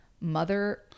Mother